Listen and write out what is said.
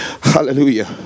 Hallelujah